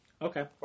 Okay